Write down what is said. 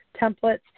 templates –